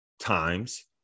times